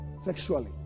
sexually